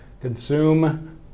consume